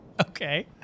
Okay